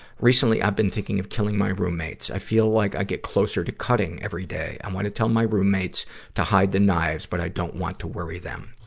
recently, i've been thinking about killing my roommates. i feel like i get closer to cutting every day. i wanna tell my roommates to hide the knives, but i don't want to worry them.